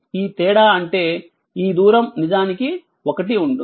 ఈ తేడా అంటే ఈ దూరం నిజానికి ఒకటి ఉంటుంది